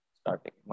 starting